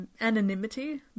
anonymity